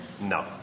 No